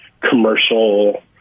commercial